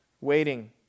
waiting